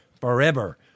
forever